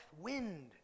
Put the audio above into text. wind